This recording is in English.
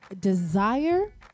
desire